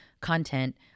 content